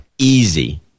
Easy